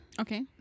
Okay